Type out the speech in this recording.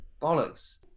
bollocks